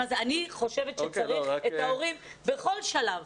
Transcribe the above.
אני חושבת שצריך את ההורים בכל שלב.